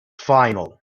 final